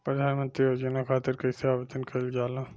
प्रधानमंत्री योजना खातिर कइसे आवेदन कइल जाला?